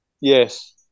Yes